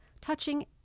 touching